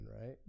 right